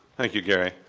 thank you, gary.